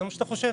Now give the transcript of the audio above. זה מה שאתה חושב?